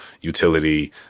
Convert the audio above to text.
utility